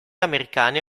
americane